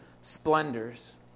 splendors